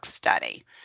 study